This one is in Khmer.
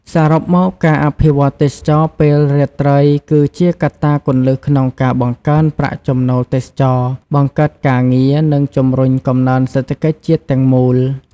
សរុបមក ការអភិវឌ្ឍទេសចរណ៍ពេលរាត្រីគឺជាកត្តាគន្លឹះក្នុងការបង្កើនប្រាក់ចំណូលទេសចរណ៍ បង្កើតការងារ និងជំរុញកំណើនសេដ្ឋកិច្ចជាតិទាំងមូល។